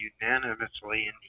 unanimously